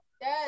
Yes